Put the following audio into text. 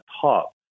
top